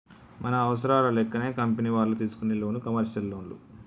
మన అవసరాల లెక్కనే కంపెనీ వాళ్ళు తీసుకునే లోను కమర్షియల్ లోన్లు